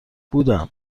بودم